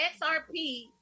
XRP